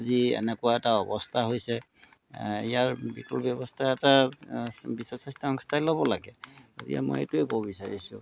যি এনেকুৱা এটা অৱস্থা হৈছে ইয়াৰ বিপুল ব্যৱস্থা এটা বিশ্ব স্বাস্থ্য সংস্থাই ল'ব লাগে গতিকে মই এইটোৱেই ক'ব বিচাৰিছোঁ